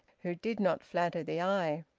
who did not flatter the eye.